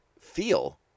feel